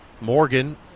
Morgan